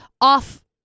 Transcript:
off